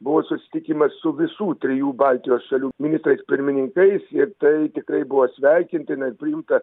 buvo susitikimas su visų trijų baltijos šalių ministrais pirmininkais ir tai tikrai buvo sveikintina ir priimta